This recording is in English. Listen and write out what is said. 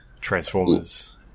transformers